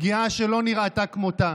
פגיעה שלא נראתה כמותה.